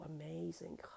amazing